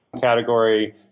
category